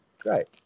Great